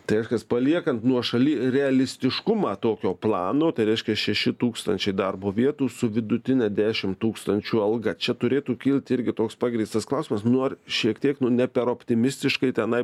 tai reiškias paliekant nuošaly realistiškumą tokio plano tai reiškias šeši tūkstančiai darbo vietų su vidutine dešim tūkstančių alga čia turėtų kilti irgi toks pagrįstas klausimas nu ar šiek tiek nu ne per optimistiškai tenai